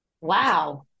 wow